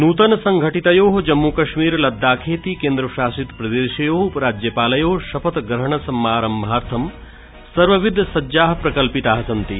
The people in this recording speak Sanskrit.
नृतनत्वेन संघटितयोः जम्मुकश्मीर लद्दाखेति केन्द्रशासितप्रदेशयोः उपराज्यपालयोः शपथ ग्रहण समारम्भार्थं सर्वविध सज्जाः प्रकल्पिताः सन्ति